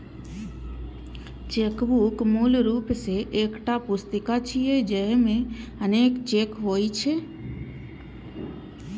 chequebook मूल रूप सं एकटा पुस्तिका छियै, जाहि मे अनेक चेक होइ छै